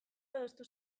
adostu